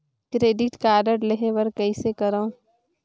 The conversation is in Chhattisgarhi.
क्रेडिट कारड लेहे बर कइसे करव?